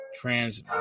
trans